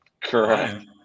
Correct